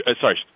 Sorry